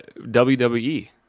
WWE